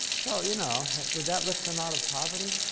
so, you know would that lift them out of poverty?